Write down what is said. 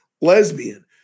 lesbian